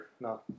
no